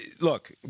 look